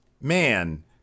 man –